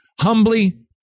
humbly